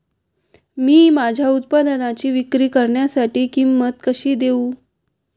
मी माझ्या उत्पादनाची विक्री करण्यासाठी किंमत कशी देऊ?